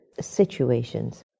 situations